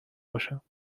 باشم